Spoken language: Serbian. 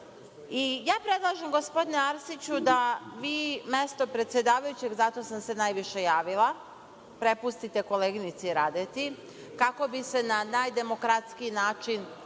bankrotira? Predlažem, gospodine Arsiću, da vi mesto predsedavajućeg, zato sam se najviše javila, prepustite koleginici Radeti, kako bi se na najdemokratskiji način